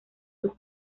sus